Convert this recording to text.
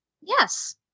Yes